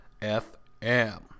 FM